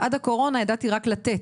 עד הקורונה ידעתי רק לתת,